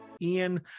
ian